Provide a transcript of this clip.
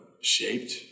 shaped